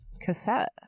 cassette